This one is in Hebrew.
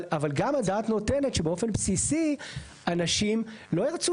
אבל גם הדעת נותנת שבאופן בסיסי אנשים לא ירצו